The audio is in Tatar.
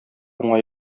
уңай